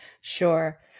Sure